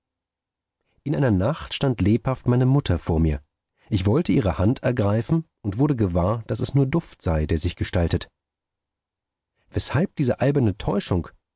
in einer nacht stand lebhaft meine mutter vor mir ich wollte ihre hand ergreifen und wurde gewahr daß es nur duft sei der sich gestaltet weshalb diese alberne täuschung